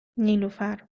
نیلوفرنه